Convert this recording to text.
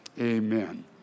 Amen